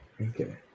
Okay